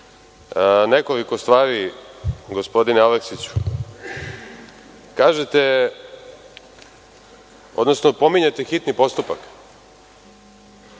pozvao. Nekoliko stvari gospodine Aleksiću. Kažete, odnosno pominjete hitni postupak.